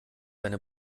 deine